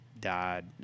died